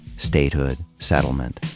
statehood, settlement.